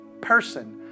person